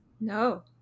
No